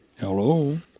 Hello